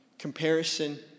Comparison